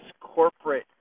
corporate